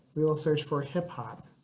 we will search for hip hop.